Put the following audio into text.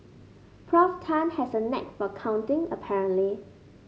Prof Tan has a knack for counting apparently